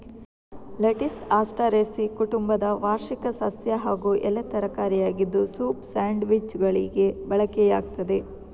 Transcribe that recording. lettuce Asteraceae ಕುಟುಂಬದ ವಾರ್ಷಿಕ ಸಸ್ಯ ಹಾಗೂ ಎಲೆ ತರಕಾರಿಯಾಗಿದ್ದು ಸೂಪ್, ಸ್ಯಾಂಡ್ವಿಚ್ಚುಗಳಿಗೆ ಬಳಕೆಯಾಗ್ತದೆ